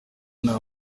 nta